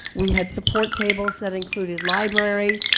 we had support tables that included library,